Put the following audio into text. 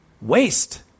Waste